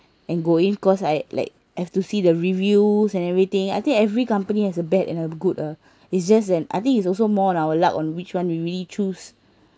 and go in cause I like have to see the reviews and everything I think every company has a bad and a good ah it's just and I think it's also more on our luck on which one we really choose